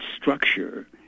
structure